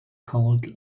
called